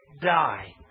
die